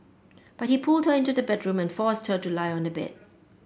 but he pulled her into the bedroom and forced her to lie on a bed